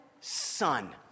son